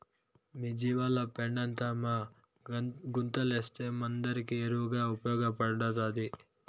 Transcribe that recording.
మీ జీవాల పెండంతా మా గుంతలేస్తే మనందరికీ ఎరువుగా ఉపయోగపడతాది